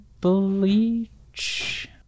bleach